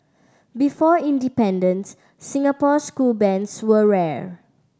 before independences Singapore school bands were rare